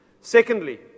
Secondly